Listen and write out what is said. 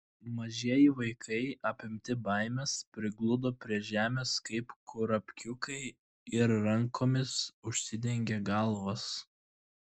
mažieji vaikai apimti baimės prigludo prie žemės kaip kurapkiukai ir rankomis užsidengė galvas